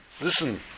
listen